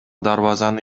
дарбазаны